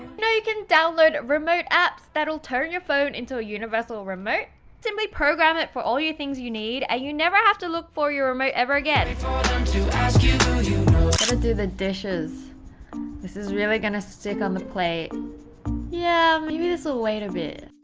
know you can download remote apps that will turn your phone into a universal remote simply program it for all your things you need and ah you never have to look for your my ever again to ask you and to do the dishes this is really going to stick on the plate yeah maybe this'll wait a bit